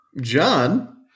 John